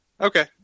okay